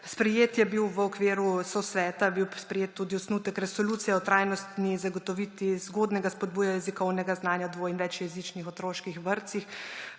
spremenile. V okviru je sosveta bil sprejet tudi osnutek Resolucije o trajnostni zagotovitvi zgodnjega spodbujanja jezikovnega znanja v dvo- in večjezičnih otroških vrtcih.